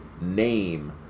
name